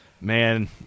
man